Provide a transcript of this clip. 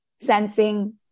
sensing